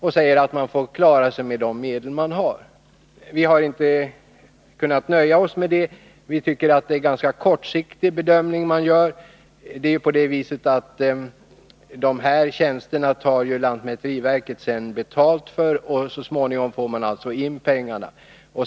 Lantmäteriverket får klara sig med de medel verket har, säger utskottsmajoriteten. Vi har inte kunnat nöja oss med det. Vi tycker att det är en ganska kortsiktig bedömning som majoriteten gör. Lantmäteriverket tar ju betalt för dessa tjänster, varför verket så småningom fårin pengarna.